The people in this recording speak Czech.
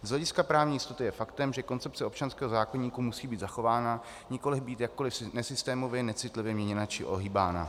Z hlediska právní jistoty je faktem, že koncepce občanského zákoníku musí být zachována, nikoliv být jakkoliv nesystémově, necitlivě měněna či ohýbána.